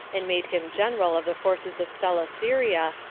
and made him general of the forces of celesyria,